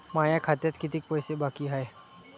माया खात्यात कितीक पैसे बाकी हाय?